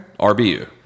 RBU